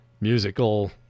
musical